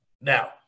Now